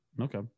Okay